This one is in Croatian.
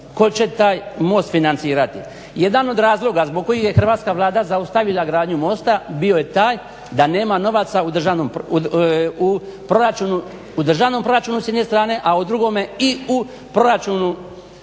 tko će taj most financirati. Jedan od razloga zbog kojih je hrvatska Vlada zaustavila gradnju mosta bio je taj da nema novaca u državnom proračunu s jedne strane, a u drugome i u proračunu